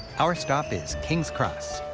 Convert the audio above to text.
our stop is king's cross.